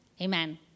Amen